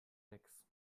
nix